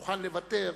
מוכן לוותר,